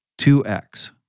2X